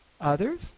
others